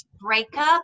Breakup